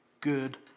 good